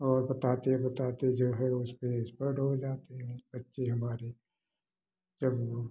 और बताते बताते जो है वो उसपे एक्सपर्ट हो जाते हैं बच्चे हमारे जब